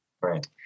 Right